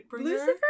Lucifer